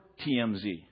TMZ